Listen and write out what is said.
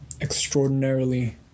extraordinarily